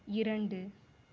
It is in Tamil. இரண்டு